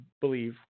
believe